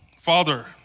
Father